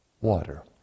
water